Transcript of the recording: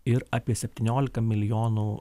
ir apie septyniolika milijonų